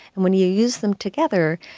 and when you use them together,